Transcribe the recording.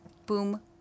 boom